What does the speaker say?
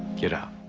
get out.